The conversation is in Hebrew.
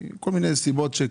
העברתי את רוח ההסתייגויות גם